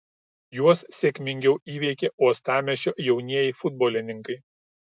juos sėkmingiau įveikė uostamiesčio jaunieji futbolininkai